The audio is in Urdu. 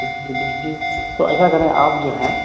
جی تو ایسا کریں آپ جو ہیں